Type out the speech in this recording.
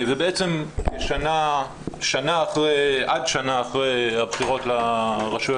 ובעצם עד שנה אחרי הבחירות לרשויות